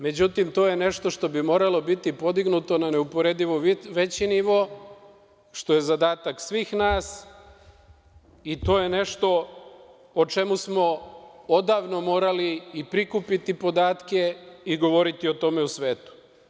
Međutim, to je nešto što bi moralo biti podignuto na neuporedivo veći nivo, što je zadatak svih nas, i to je nešto o čemu smo odavno morali prikupiti podatke i govoriti o tome u svetu.